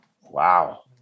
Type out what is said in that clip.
Wow